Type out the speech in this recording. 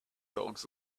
dogs